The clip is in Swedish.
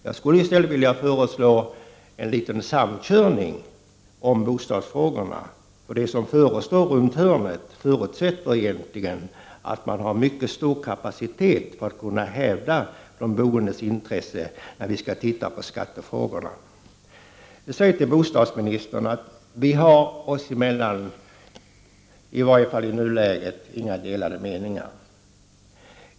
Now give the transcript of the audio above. Jag skulle i stället vilja föreslå en liten samkörning om bostadsfrågorna, eftersom det som förestår runt hörnet förutsätter att man har mycket stor kapacitet för att kunna hävda de boendes intressen när vi skall ta itu med skattefrågorna. Jag vill säga till bostadsministern att vi oss emellan inte har några delade meningar, åtminstone inte i nuläget.